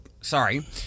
sorry